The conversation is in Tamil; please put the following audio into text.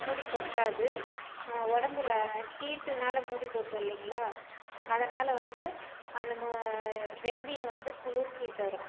முடிக் கொட்டாது உடம்புல ஹீட்டுனால் முடி கொட்டும் இல்லைங்களா அதனால் வந்து அந்த மொ வெந்தையம் வந்து குளிர்ச்சியை தரும்